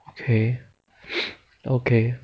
okay okay